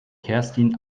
kerstin